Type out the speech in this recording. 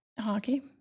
Hockey